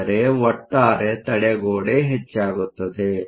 ಅಂದರೆ ಒಟ್ಟಾರೆ ತಡೆಗೋಡೆ ಹೆಚ್ಚಾಗುತ್ತದೆ